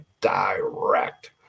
direct